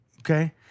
Okay